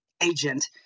agent